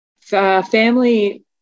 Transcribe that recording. Family